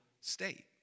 state